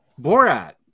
Borat